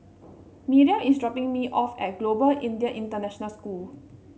Miriam is dropping me off at Global Indian International School